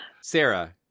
sarah